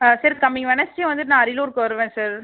ஆ sir coming Wednesday வந்துவிட்டு நான் அரியலூர்க்கு வருவேன் சார்